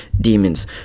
demons